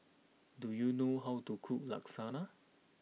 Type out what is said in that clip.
do you know how to cook lasagna